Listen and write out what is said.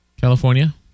California